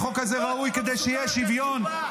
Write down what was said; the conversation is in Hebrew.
החוק הזה ראוי כדי שיהיה שוויון,